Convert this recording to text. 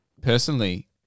personally